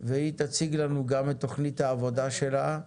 תציג לנו גם את תכנית העבודה שלה.